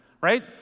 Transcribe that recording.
right